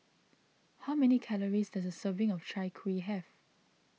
how many calories does a serving of Chai Kuih have